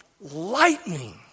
lightning